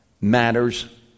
matters